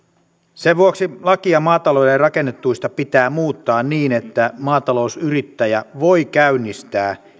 sen vuoksi lakia maatalouden rakennetuista pitää muuttaa niin että maatalousyrittäjä voi käynnistää